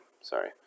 sorry